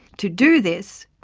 to do this,